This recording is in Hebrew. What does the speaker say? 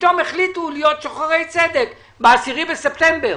פתאום החליטו להיות שוחרי צדק, ב-10 בספטמבר,